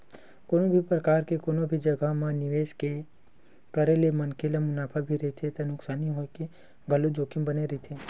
कोनो भी परकार के कोनो भी जघा म निवेस के करे ले मनखे ल मुनाफा भी रहिथे त नुकसानी होय के घलोक जोखिम बने रहिथे